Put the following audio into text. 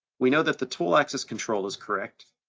we know that the tool axis control is correct,